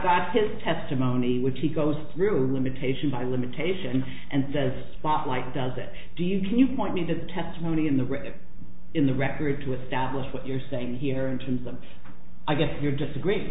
got his testimony which he goes through limitation by limitation and says spotlight does it do you can you point me to the testimony in the record in the record to establish what you're saying here and turns them i guess you disagree